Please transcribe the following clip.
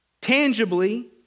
tangibly